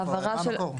מה המקור?